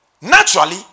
Naturally